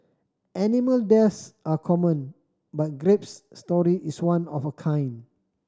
animal deaths are common but Grape's story is one of a kind